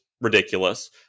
ridiculous